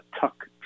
Tuck